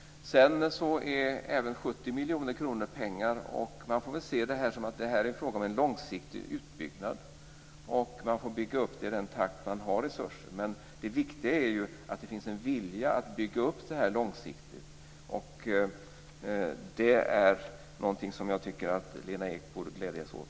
Även 70 miljoner kronor är pengar. Man får se det som att det är fråga om en långsiktig utbyggnad. Man får bygga upp det i den takt man får resurser. Det viktiga är att det finns en vilja att bygga upp det långsiktigt. Det är någonting som jag tycker att Lena Ek borde glädja sig åt.